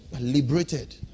Liberated